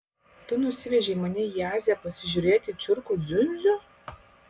tu nusivežei mane į aziją pasižiūrėti čiurkų dziundzių